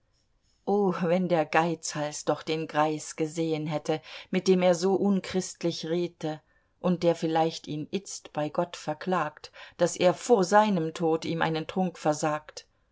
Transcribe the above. wenn der geizhals doch den greis gesehen hätte mit dem er so unchristlich redte und der vielleicht ihn itzt bei gott verklagt daß er vor seinem tod ihm einen trunk versagt